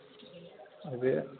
അത്